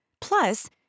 Plus